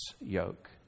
yoke